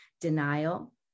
denial